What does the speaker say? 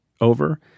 over